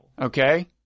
Okay